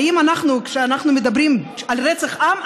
האם כשאנחנו מדברים על רצח עם,